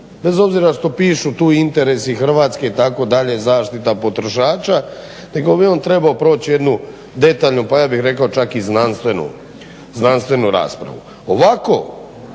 bez obzira što pišu tu interesi Hrvatske itd. zaštita potrošača nego bi on trebao proći jednu detaljnu pa ja bih rekao čak i znanstvenu raspravu. Ovako